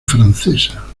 francesa